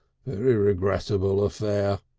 very regrettable affair.